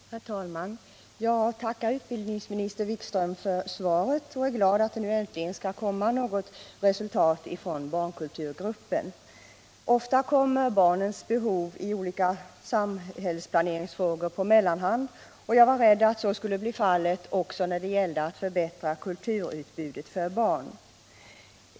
Herr talman! Jag tackar utbildningsministern för svaret och är glad att det nu äntligen skall komma något resultat från barnkulturgruppen. Ofta kommer barnens behov på mellanhand i olika samhällsplaneringsfrågor, och jag var rädd att så skulle bli fallet också när det gäller att förbättra kulturutbudet för barn.